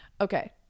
okay